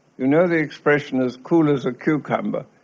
you know the expression as cool as a cucumber?